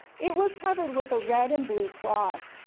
it was covered with a red and blue cloth,